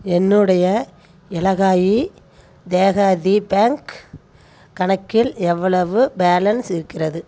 என்னுடைய இலகாயி தேஹாதி பேங்க் கணக்கில் எவ்வளவு பேலன்ஸ் இருக்கிறது